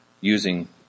using